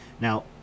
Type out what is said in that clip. Now